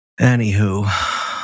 Anywho